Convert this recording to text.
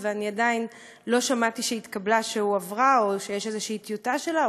ואני עדיין לא שמעתי שהתקבלה או שהועברה או שיש איזושהי טיוטה שלה,